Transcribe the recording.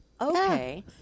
okay